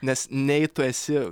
nes nei tu esi